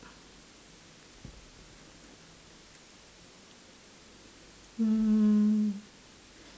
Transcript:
mm